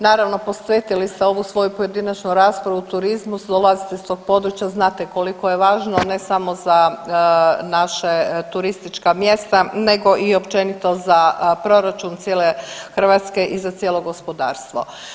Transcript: Naravno posvetili ste ovu svoju pojedinačnu raspravu turizmu, dolazite s tog područja, znate koliko je važno ne samo za naše turistička mjesta nego i općenito za proračun cijele Hrvatske i cijelo gospodarstvo.